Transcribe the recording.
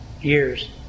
years